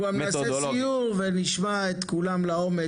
אנחנו גם נעשה סיור ונשמע את כולם לעומק.